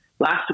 Last